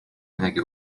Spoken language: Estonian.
midagi